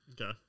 Okay